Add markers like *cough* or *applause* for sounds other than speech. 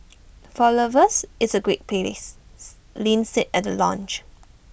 *noise* for lovers it's A great places *noise* Lin said at the launch